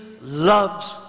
loves